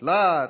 דלעת,